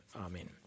amen